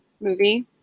movie